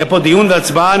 יהיו פה דיון והצבעה.